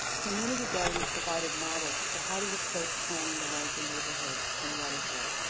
community gardens provided models for how to approach planning the larger neighborhood and watershed.